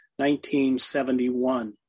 1971